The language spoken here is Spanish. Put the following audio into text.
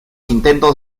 intentos